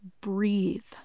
breathe